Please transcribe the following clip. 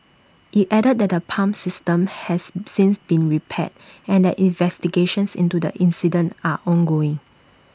IT added that the pump system has since been repaired and that investigations into the incident are ongoing